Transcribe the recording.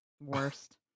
Worst